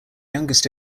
youngest